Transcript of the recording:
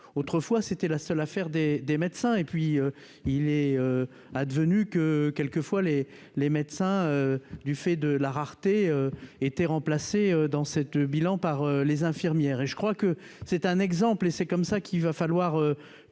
autrefois, c'était la seule affaire des des médecins et puis il est advenu que quelques fois les les médecins du fait de la rareté était remplacé dans cette bilan par les infirmières et je crois que c'est un exemple et c'est comme ça qu'il va falloir